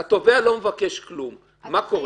אם התובע לא מבקש כלום, מה קורה?